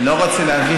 אני חושב שנכון,